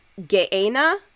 ge'ena